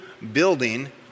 building